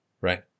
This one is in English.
right